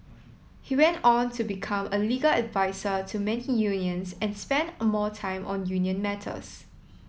he went on to become a legal advisor to many unions and spent a more time on union matters